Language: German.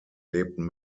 lebten